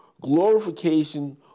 glorification